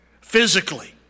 physically